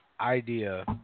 idea